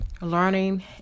learning